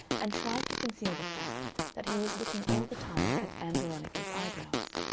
and tried to conceal the fact that he was looking all the time at ann veronica's eyebrows.